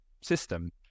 system